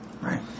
Right